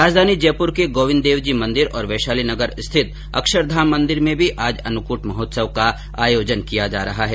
राजधानी जयपुर के गोविन्द देवजी मन्दिर और वैशाली नगर स्थित अक्षरधाम मन्दिर में भी आज अन्नकूट महोत्सव का आयोजन किया जा रहा है